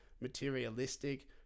materialistic